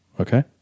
Okay